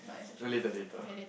later later